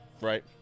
Right